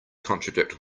contradict